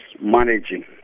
managing